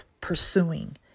pursuing